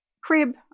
crib